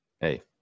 Hey